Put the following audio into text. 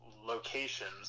locations